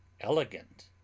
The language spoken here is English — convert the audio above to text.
Elegant